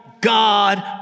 god